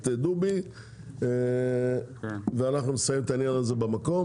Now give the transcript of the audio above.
דובי ואנחנו נסיים את העניין הזה במקום.